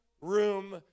room